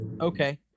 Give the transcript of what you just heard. okay